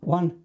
One